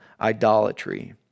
idolatry